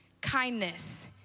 kindness